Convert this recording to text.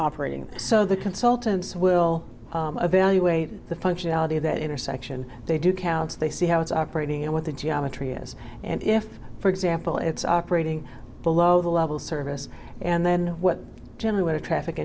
operating so the consultants will evaluate the functionality of that intersection they do counts they see how it's operating and what the geometry is and if for example it's operating below the level service and then what general what a traffic